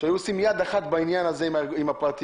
שיעשו יד אחת בעניין הזה עם הפרטיים,